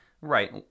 Right